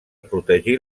protegir